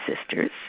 sisters